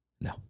No